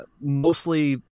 mostly